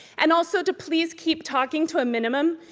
and also to please keep talking to a minimum.